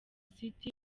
city